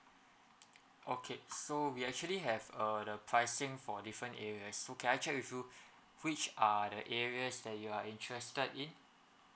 okay so we actually have err the pricing for different areas so can I check with you which are the areas that you are interested in